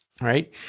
right